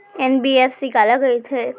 NBFC काला कहिथे?